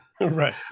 right